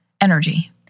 energy